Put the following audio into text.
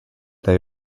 they